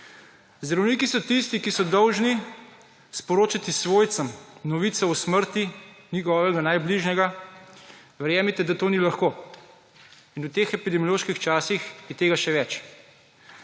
Zdravniki so tisti, ki so dolžni sporočati svojcem novice o smrti njegovega najbližjega, verjemite, da to ni lahko in v teh epidemioloških časih je tega še več.